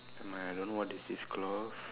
never mind I don't what is this cloth